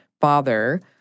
father